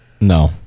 no